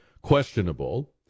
questionable